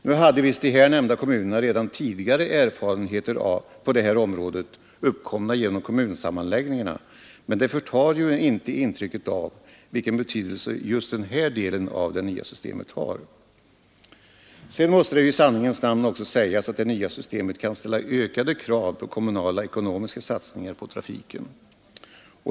Nu hade visst de nämnda kommunerna redan tidigare erfarenheter på området, uppkomna genom kommunsammanläggningarna, men det förtar ju inte intrycket av vilken betydelse just den här delen av det nya systemet har. Sedan måste det i sanningens namn också sägas att det nya systemet kan ställa ökade krav på kommunala ekonomiska satsningar för trafiken.